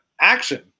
action